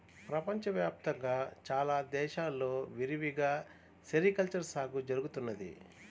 ప్రపంచ వ్యాప్తంగా చాలా దేశాల్లో విరివిగా సెరికల్చర్ సాగు జరుగుతున్నది